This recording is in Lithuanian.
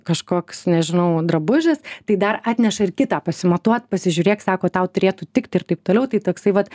kažkoks nežinau drabužis tai dar atneša ir kitą pasimatuot pasižiūrėk sako tau turėtų tikti ir taip toliau tai toksai vat